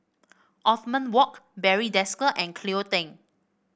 Othman Wok Barry Desker and Cleo Thang